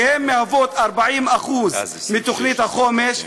כי הן מהוות 40% מתכנית החומש.